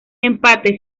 empate